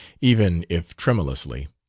even if tremulously.